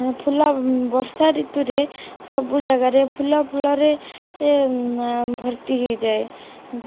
ଫୁଲ ବର୍ଷା ଋତୁରେ ସବୁ ଜାଗାରେ ଫୁଲ ଫଳରେ ଭର୍ତ୍ତି ହେଇଯାଏ